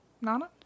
Nana